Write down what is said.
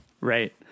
Right